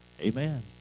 Amen